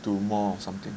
to more or something